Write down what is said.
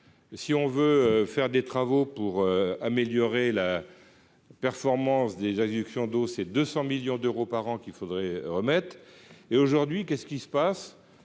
si on veut faire des travaux pour améliorer la performance des adductions d'eau, c'est 200 millions d'euros par an qu'il faudrait remettre et aujourd'hui qu'est-ce qui se passe,